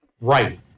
Right